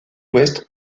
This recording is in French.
ouest